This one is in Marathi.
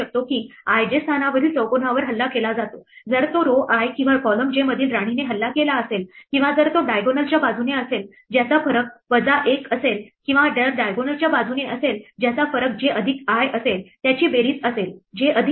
की ij स्थानावरील चौकोनावर हल्ला केला जातो जर तो row i किंवा column j मधील राणीने हल्ला केला असेल किंवा जर तो diagonal च्या बाजूने असेल ज्याचा फरक j वजा i असेल किंवा जर diagonal च्या बाजूने असेल ज्याचा फरक j अधिक i असेल ज्याची बेरीज असेल j अधिक i